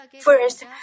First